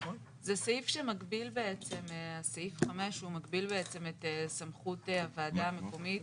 סעיף 5 הוא מגביל בעצם את סמכות הוועדה המקומית